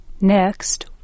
Next